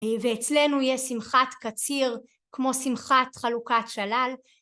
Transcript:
ואצלנו יהיה שמחת קציר כמו שמחת חלוקת שלל.